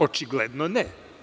Očigledno ne.